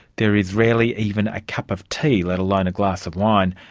there is rarely even a cup of tea, let alone a glass of wine,